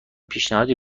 پیشنهادی